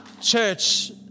Church